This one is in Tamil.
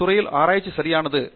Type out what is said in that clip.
அந்த துறையில் ஆராய்ச்சி சரியானது